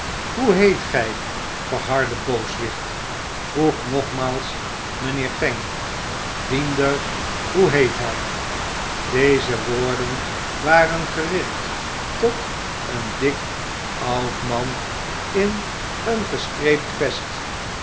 hoe heet gij verharde booswicht vroeg nogmaals mijnheer fang diender hoe heet hij deze woorden waren gericht tot een dik oud man in een gestreept vest